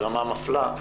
ברמה מפלה,